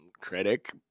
critic